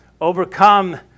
overcome